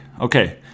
okay